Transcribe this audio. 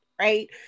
right